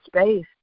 space